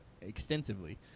extensively